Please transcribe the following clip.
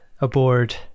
aboard